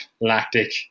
lactic